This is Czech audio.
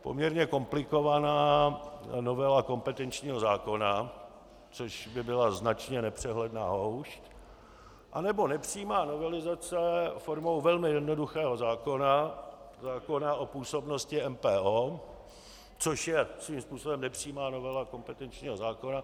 Poměrně komplikovaná novela kompetenčního zákona, což by byla značně nepřehledná houšť, anebo nepřímá novelizace formou velmi jednoduchého zákona, zákona o působnosti MPO, což je svým způsobem nepřímá novela kompetenčního zákona.